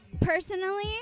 personally